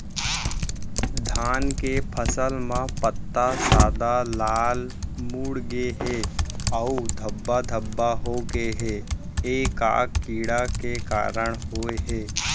धान के फसल म पत्ता सादा, लाल, मुड़ गे हे अऊ धब्बा धब्बा होगे हे, ए का कीड़ा के कारण होय हे?